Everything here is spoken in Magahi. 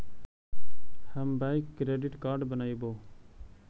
हम बैक क्रेडिट कार्ड बनैवो?